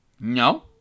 no